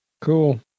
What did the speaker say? Cool